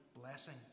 blessing